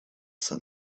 sun